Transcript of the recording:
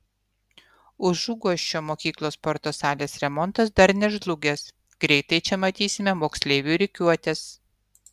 užuguosčio mokyklos sporto salės remontas dar nežlugęs greitai čia matysime moksleivių rikiuotes